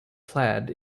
plaid